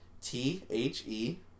T-H-E